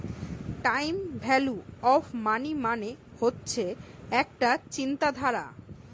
time value of money মানে হচ্ছে একটা চিন্তাধারা